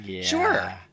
sure